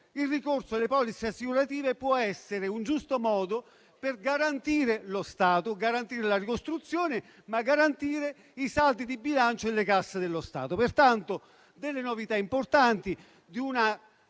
il ricorso delle polizze assicurative può essere un giusto modo per garantire lo Stato, garantire la ricostruzione, ma garantire anche i saldi di bilancio delle casse dello Stato. Pertanto, sono novità importanti di una